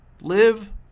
Live